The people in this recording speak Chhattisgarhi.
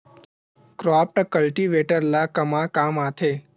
क्रॉप कल्टीवेटर ला कमा काम आथे?